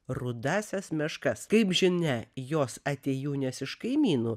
rudąsias meškas kaip žinia jos atėjūnės iš kaimynų